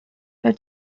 per